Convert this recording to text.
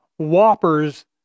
whoppers